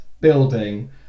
building